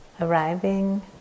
arriving